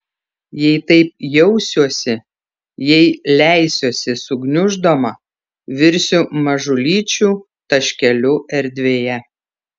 jei taip jausiuosi jei leisiuosi sugniuždoma virsiu mažulyčiu taškeliu erdvėje